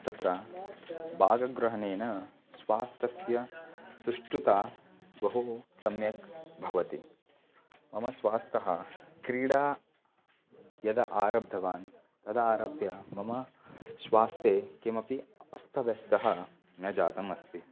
तत्र भागग्रहणेन स्वास्थ्यस्य सुष्ठुता बहु सम्यक् भवति मम स्वास्थ्यं क्रीडां यदा आरब्धवान् तदा आरभ्य मम स्वास्थ्ये किमपि अस्तव्यस्तः न जातमस्ति